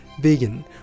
vegan